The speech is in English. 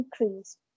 increased